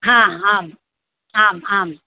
हा आम् आम् आम्